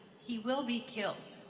he will be killed.